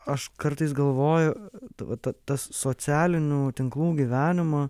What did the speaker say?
aš kartais galvoju va ta tas socialinių tinklų gyvenimą